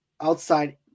outside